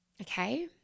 okay